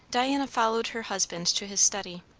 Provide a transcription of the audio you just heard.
diana followed her husband to his study.